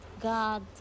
God